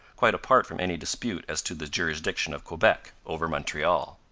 quite apart from any dispute as to the jurisdiction of quebec over montreal.